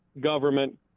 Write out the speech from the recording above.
government